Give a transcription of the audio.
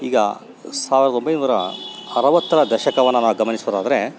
ಈಗ ಸಾವಿರದ ಒಂಬೈನೂರ ಅರವತ್ತರ ದಶಕವನ್ನು ನಾವು ಗಮನಿಸೋದಾದ್ರೆ